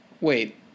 Wait